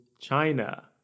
China